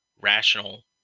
rational